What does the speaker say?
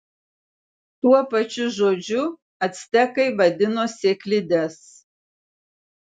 tuo pačiu žodžiu actekai vadino sėklides